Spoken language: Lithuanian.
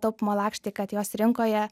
taupymo lakštai kad jos rinkoje